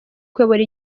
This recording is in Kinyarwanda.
kuyobora